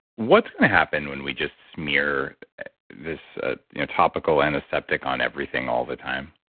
what's going to happen when we just smear this ah you know topical antiseptic on everything all the time?